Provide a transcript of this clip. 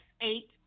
eight